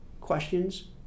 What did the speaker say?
questions